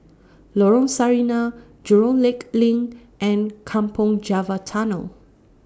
Lorong Sarina Jurong Lake LINK and Kampong Java Tunnel